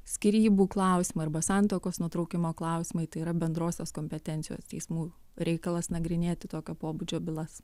skyrybų klausimai arba santuokos nutraukimo klausimai tai yra bendrosios kompetencijos teismų reikalas nagrinėti tokio pobūdžio bylas